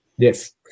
Yes